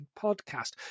podcast